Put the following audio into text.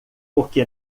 porque